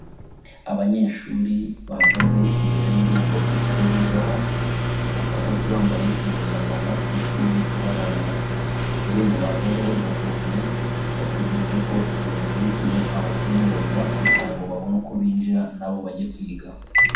Abanyeshuri bahagaze imbere y'irembo ry'ikigo bigaho, bakaba bose bambaye impuzankano y'ishuri ibaranga, irembo bahagazeho rirafunze bategereje ko umuyobozi w'ikigo abakingurira kugira ngo babone uko binjira na bo bajye kwiga.